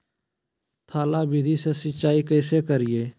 थाला विधि से सिंचाई कैसे करीये?